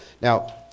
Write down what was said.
Now